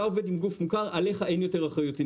עובד עם גוף מוכר עליך אין יותר אחריות אינדיבידואלית.